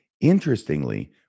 interestingly